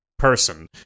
person